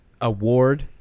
award